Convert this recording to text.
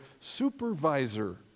supervisor